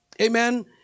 amen